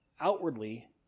outwardly